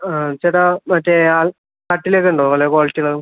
ആ ചേട്ടാ മറ്റെ ആ കട്ടില് ഒക്കെ ഉണ്ടോ നല്ല ക്വാളിറ്റി ഉള്ളത്